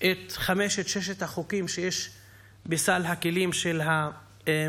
את חמשת-ששת החוקים שיש בסל הכלים של הממשלה,